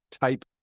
type